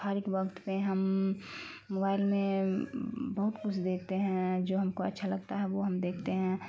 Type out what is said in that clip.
پھارک وقت پہ ہم موبائل میں بہت کچھ دیکھتے ہیں جو ہم کو اچھا لگتا ہے وہ ہم دیکھتے ہیں